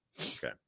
Okay